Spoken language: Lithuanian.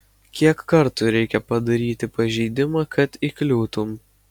kiek kartų reikia padaryti pažeidimą kad įkliūtum